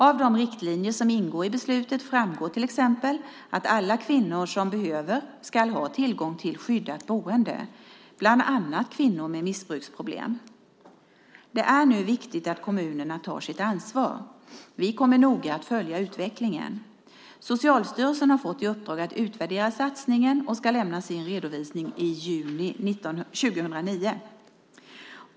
Av de riktlinjer som ingår i beslutet framgår till exempel att alla kvinnor som behöver ska ha tillgång till skyddat boende, bland annat kvinnor med missbruksproblem. Det är viktigt att kommunerna tar sitt ansvar. Vi kommer noga att följa utvecklingen. Socialstyrelsen har fått i uppdrag att utvärdera satsningen och ska lämna sin redovisning i juni 2009.